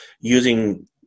using